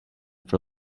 for